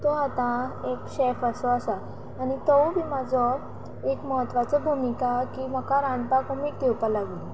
तो आतां एक शेफ असो आसा आनी तो बी म्हाजो एक म्हत्वाचो भुमिका की म्हाका रांदपाक उमेद येवपा लागली